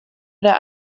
der